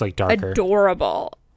adorable